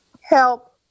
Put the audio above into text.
help